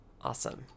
Awesome